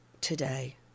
today